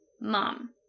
Mom